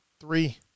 three